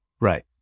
Right